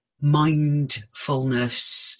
mindfulness